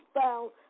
found